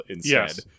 Yes